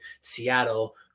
Seattle